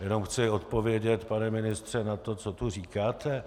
Jenom chci odpovědět, pane ministře, na to, co tu říkáte.